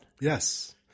Yes